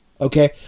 Okay